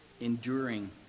enduring